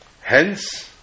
hence